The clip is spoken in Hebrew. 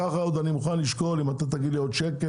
ככה אני עוד מוכן לשקול אם אתה תגיד לי עוד שקל,